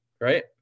right